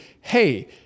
hey